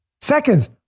Seconds